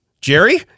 Jerry